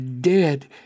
dead